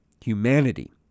humanity